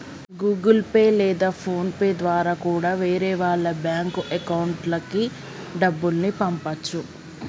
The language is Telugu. గుగుల్ పే లేదా ఫోన్ పే ద్వారా కూడా వేరే వాళ్ళ బ్యేంకు అకౌంట్లకి డబ్బుల్ని పంపచ్చు